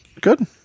Good